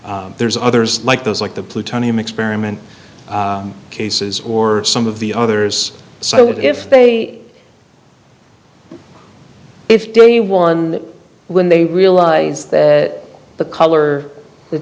there's others like those like the plutonium experiment cases or some of the others so that if they if the one when they realize that the color that